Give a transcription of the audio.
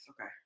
Okay